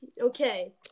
Okay